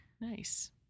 nice